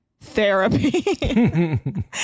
therapy